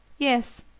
yes,